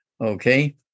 Okay